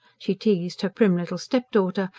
she teased her prim little stepdaughter,